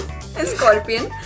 Scorpion